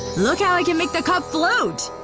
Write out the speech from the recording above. look how i can make the cup float!